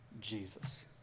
jesus